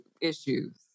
issues